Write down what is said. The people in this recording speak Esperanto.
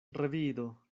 revido